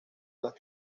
las